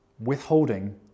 withholding